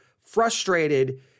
frustrated